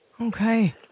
okay